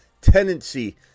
tendency